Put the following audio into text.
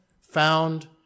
found